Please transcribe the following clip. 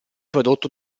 prodotto